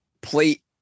plate